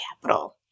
capital